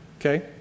Okay